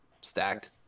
stacked